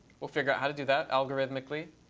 we'll figure out how to do that algorithmically.